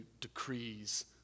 decrees